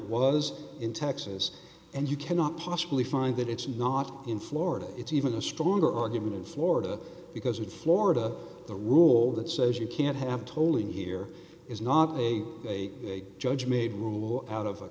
was in texas and you cannot possibly find that it's not in florida it's even a stronger argument in florida because in florida the rule that says you can't have tolling here is not a judge made rule out of